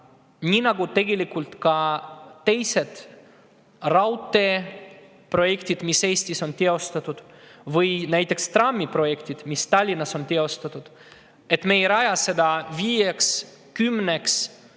nii nagu tegelikult ka teisi raudteeprojekte, mis Eestis on teostatud, või näiteks trammiprojekti, mis Tallinnas on teostatud – me ei raja viieks, kümneks